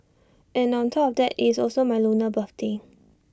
and on top of that IT is also my lunar birthday